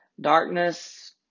Darkness